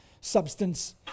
substance